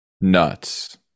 Nuts